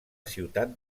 ciutat